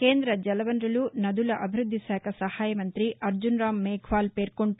కేంర జలవనరులు నదుల అభివృద్ది శాఖ సహాయ మంతి అర్జున్రామ్ మేఘ్వాల్ పేర్కొంటూ